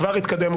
כבר התקדם,